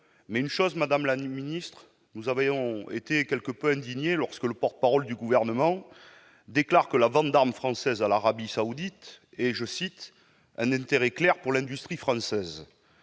crises humanitaires. J'ajoute que nous avons été quelque peu indignés lorsque le porte-parole du Gouvernement a déclaré que la vente d'armes françaises à l'Arabie Saoudite était « un intérêt clair pour l'industrie française ».